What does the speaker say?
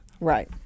Right